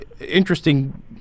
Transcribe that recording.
interesting